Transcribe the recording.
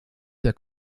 der